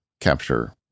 capture